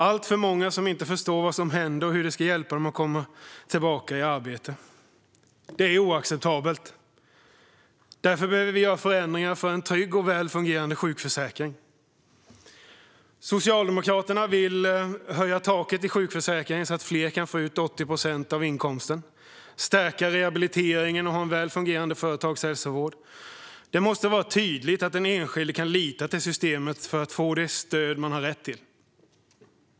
Alltför många förstår inte vad som händer och hur det ska hjälpa dem att komma tillbaka i arbete. Det är oacceptabelt. Därför behöver vi göra förändringar för en trygg och väl fungerande sjukförsäkring. Socialdemokraterna vill höja taket i sjukförsäkringen så att fler kan få ut 80 procent av inkomsten, stärka rehabiliteringen och ha en väl fungerande företagshälsovård. Det måste vara tydligt att den enskilde kan lita till systemet och att man får det stöd som man har rätt till.